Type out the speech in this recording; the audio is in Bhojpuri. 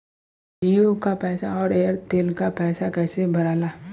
जीओ का पैसा और एयर तेलका पैसा कैसे भराला?